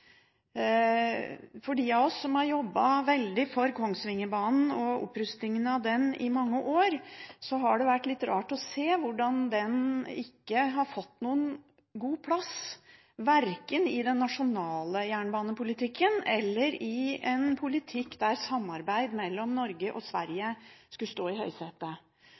For de av oss som har jobbet veldig for Kongsvingerbanen og opprustningen av den i mange år, har det vært litt rart å se hvordan den ikke har fått noen god plass, verken i en nasjonal jernbanepolitikk eller i en politikk der samarbeid mellom Norge og Sverige skulle stå i høysetet.